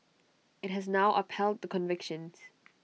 IT has now upheld the convictions